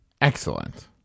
excellent